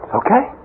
okay